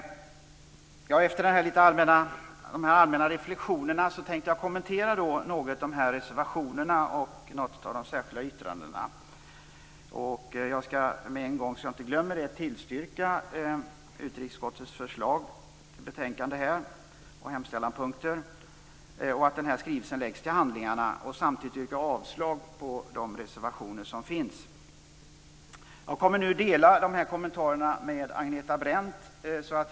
Efter de här litet mer allmänna reflexionerna tänkte jag kommentera reservationerna och något av de särskilda yttrandena. Jag skall med en gång, så att jag inte glömmer det, tillstyrka utrikesutskottets förslag i betänkandet, yrka bifall till hemställanspunkterna och föreslå att skrivelsen läggs till handlingarna. Jag yrkar samtidigt avslag på de reservationer som finns. Jag kommer att dela de här kommentarerna med Agneta Brendt.